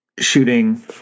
Shooting